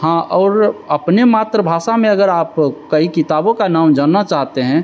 हाँ और अपने मातृभाषा में अगर आप कई किताबों का नाम जानना चाहते हैं